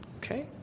Okay